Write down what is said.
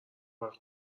برای